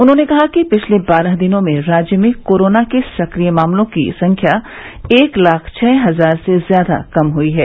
उन्होंने कहा कि पिछले बारह दिनों में राज्य में कोरोना के सक्रिय मामलों की संख्या एक लाख छ हजार से ज्यादा कम हुयी है